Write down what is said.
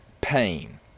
pain